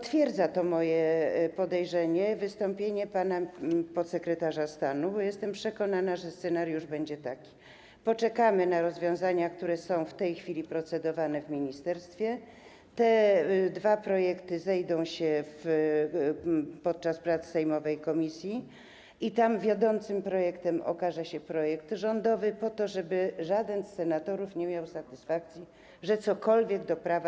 To moje podejrzenie potwierdza wystąpienie pana podsekretarza stanu, bo jestem przekonana, że scenariusz będzie taki, że poczekamy na rozwiązania, nad którymi w tej chwili proceduje się w ministerstwie, te dwa projekty zejdą się podczas prac sejmowej komisji i tam wiodącym projektem okaże się projekt rządowy po to, żeby żaden z senatorów nie miał satysfakcji, że w tej kwestii wniósł cokolwiek do prawa.